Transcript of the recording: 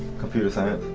computer science.